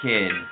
Kid